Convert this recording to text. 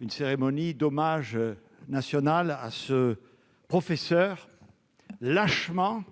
une cérémonie d'hommage national à ce professeur lâchement